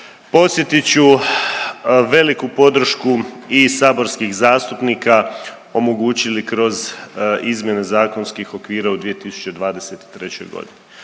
podsjetit ću, veliku podršku i saborskih zastupnika, omogućili kroz izmjene zakonskih okvira u 2023. godini.